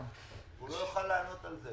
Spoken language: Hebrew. הוא לא יוכל לענות על זה.